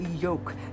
yoke